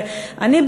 אני,